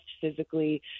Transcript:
physically